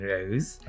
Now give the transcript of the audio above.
Rose